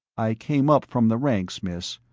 i came up from the ranks, miss.